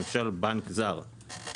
למשל, בנק זר.